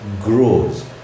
grows